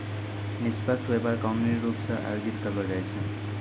निष्पक्ष व्यापार कानूनी रूप से आयोजित करलो जाय छै